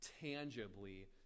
tangibly